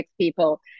people